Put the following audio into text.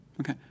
Okay